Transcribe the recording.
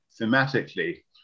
thematically